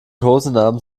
kosenamen